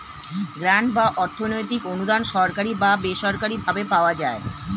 grant বা অর্থনৈতিক অনুদান সরকারি বা বেসরকারি ভাবে পাওয়া যায়